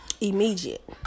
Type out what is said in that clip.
Immediate